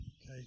Okay